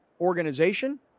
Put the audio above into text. organization